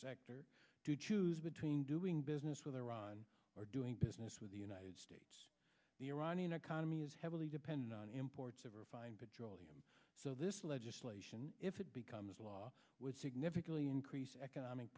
sector to choose between doing business with iran or doing business with the united states the iranian economy is heavily dependent on imports of refined petroleum so this legislation if it becomes law was significantly increase economic